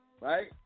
right